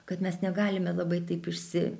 kad mes negalime labai taip išsi